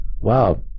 wow